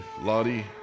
Lottie